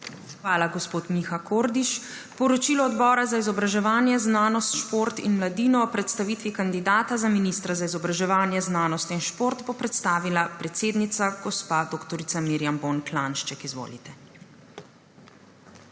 Hvala, gospod Miha Kordiš. Poročilo Odbora za izobraževanje, znanost, šport in mladino o predstavitvi kandidata za ministra za izobraževanje, znanost in šport bo predstavila predsednica gospa dr. Mirjam Bon Klanjšček. Izvolite.